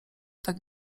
tak